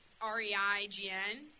R-E-I-G-N